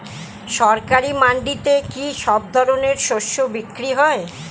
সরকারি মান্ডিতে কি সব ধরনের শস্য বিক্রি হয়?